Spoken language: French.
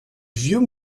vieux